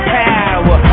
power